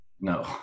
No